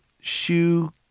shoe